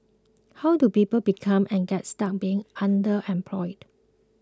how do people become and get stuck being underemployed